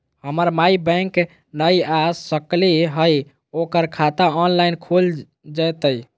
हमर माई बैंक नई आ सकली हई, ओकर खाता ऑनलाइन खुल जयतई?